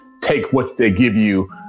take-what-they-give-you